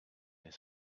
his